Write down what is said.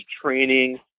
training